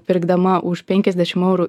pirkdama už penkiasdešim eurų